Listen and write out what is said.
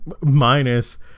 minus